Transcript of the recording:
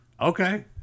Okay